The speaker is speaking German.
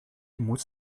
muss